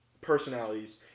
personalities